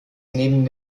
neben